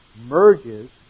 merges